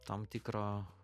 tam tikro